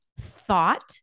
thought